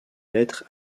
lettres